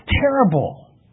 terrible